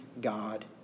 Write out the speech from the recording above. God